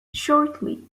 shortly